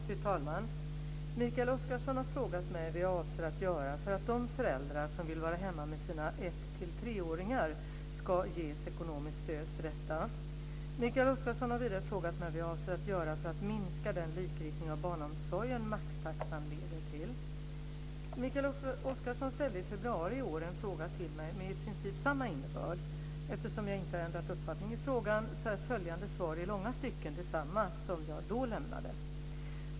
Fru talman! Mikael Oscarsson har frågat mig vad jag avser att göra för att de föräldrar som vill vara hemma med sina 1-3-åringar ska ges ekonomiskt stöd för detta. Mikael Oscarsson har vidare frågat mig vad jag avser att göra för att minska den likriktning av barnomsorgen maxtaxan leder till. Mikael Oscarsson ställde i februari i år en fråga till mig med i princip samma innebörd. Eftersom jag inte har ändrat uppfattning i frågan är följande svar i långa stycken detsamma som det jag då lämnade.